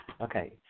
Okay